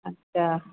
अच्छा